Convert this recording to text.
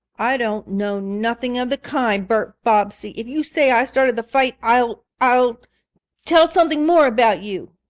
i don't know nothing of the kind, bert bobbsey! if you say i started the fight i'll i'll tell something more about you.